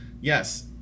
yes